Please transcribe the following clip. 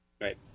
Right